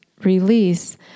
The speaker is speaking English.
release